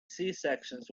sections